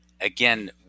Again